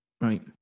right